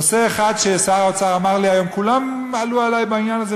נושא אחד ששר האוצר אמר לי היום: כולם עלו עלי בעניין הזה,